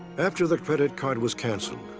after the credit card was canceled,